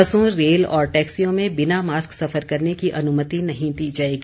बसों रेल और टैक्सियों में बिना मास्क सफर करने की अनुमति नहीं दी जाएगी